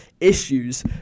issues